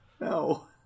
No